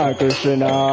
Krishna